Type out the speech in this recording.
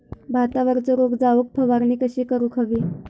भातावरचो रोग जाऊक फवारणी कशी करूक हवी?